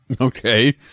Okay